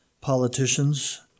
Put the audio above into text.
politicians